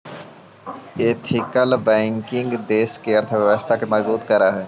ethical banking देश के अर्थव्यवस्था के मजबूत करऽ हइ